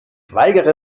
weigere